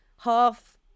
half